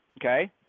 Okay